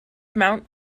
mount